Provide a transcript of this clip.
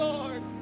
Lord